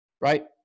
right